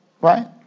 right